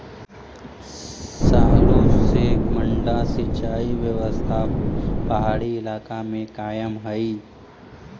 सालो से मड्डा सिंचाई व्यवस्था पहाड़ी इलाका में कायम हइ